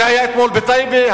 זה היה אתמול בטייבה,